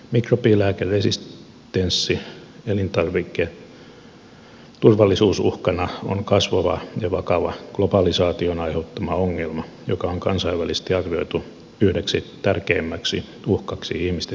mikrobilääkeresistenssi elintarviketurvallisuusuhkana on kasvava ja vakava globalisaation aiheuttama ongelma joka on kansainvälisesti arvioitu yhdeksi tärkeimmäksi uhkaksi ihmisten terveydelle